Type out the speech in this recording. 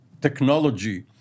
Technology